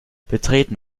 betreten